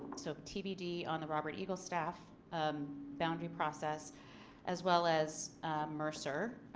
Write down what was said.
so tbd on the robert eagle staff um boundary process as well as mercer.